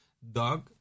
Dog